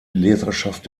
leserschaft